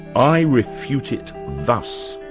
i refute it thus.